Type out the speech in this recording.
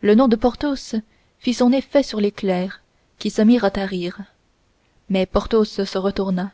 le nom de porthos fit son effet sur les clercs qui se mirent à rire mais porthos se retourna